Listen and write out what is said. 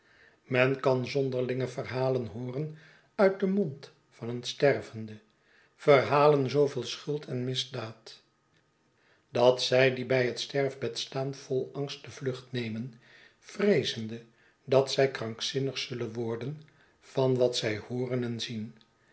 men kan zonderlinge verhalen hooren uit den mond van een stervende verhalen zoo vol schuld en misdaad dat zij die bij het sterfbed staan vol angst de vlucht nemen vreezende dat zij krankzinnig zullen worden van wat zij hooren en zien